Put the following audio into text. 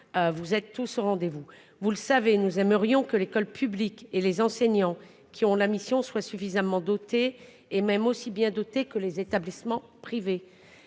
Vous êtes tous rendez-. Vous, vous le savez, nous aimerions que l'école publique et les enseignants qui ont la mission soit suffisamment doté et même aussi bien doté que les établissements privés